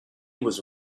was